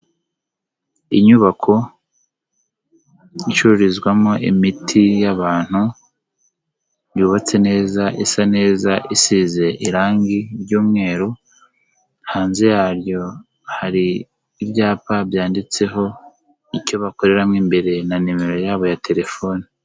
Inyubako icururizwamo imiti y'abantu, yubatse neza, isa neza isize irangi ry'umweru, hanze yaryo hari ibyapa byanditseho icyo bakoreramo imbere, na nimero yabo ya telefone.